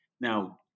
Now